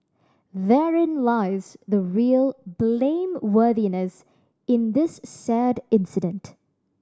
therein lies the real blameworthiness in this sad incident